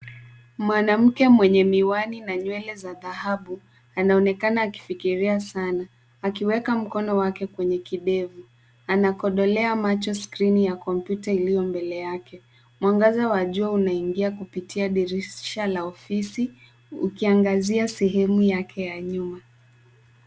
Mwanamke mwenye miwani na nywele za dhahabu anaonekana akifikiria sana. Akiweka mikono yake kwenye kidevu. Anakodolea macho kwenye skrini ya kompyuta iliyo mbele yake. Mwangaza wa jua unaingia kuptia dirisha la ofisi ukiangazia sehemuyake ya nyuma.